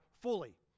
fully